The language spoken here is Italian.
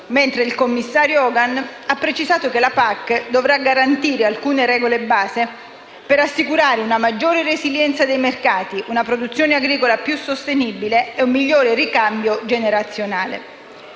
mentre il commissario Hogan ha precisato che la PAC dovrà garantire alcune regole base per «assicurare una maggiore resilienza dei mercati, una produzione agricola più sostenibile e un migliore ricambio generazionale».